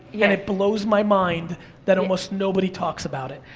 yeah it blows my mind that almost nobody talks about it.